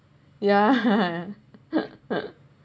yeah